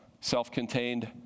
self-contained